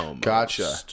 Gotcha